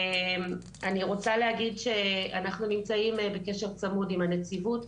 אני רוצה להגיד שאנחנו נמצאים בקשר צמוד עם הנציבות,